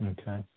Okay